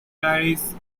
diaries